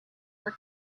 were